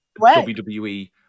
wwe